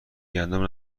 گندم